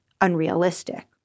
unrealistic